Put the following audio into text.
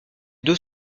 deux